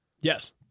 Yes